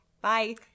bye